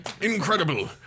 Incredible